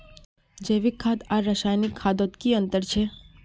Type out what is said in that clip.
जैविक खाद आर रासायनिक खादोत की अंतर छे?